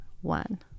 one